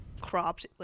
cropped